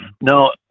No